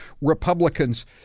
Republicans